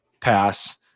pass